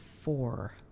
four